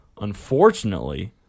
Unfortunately